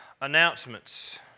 announcements